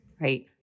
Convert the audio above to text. Right